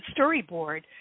storyboard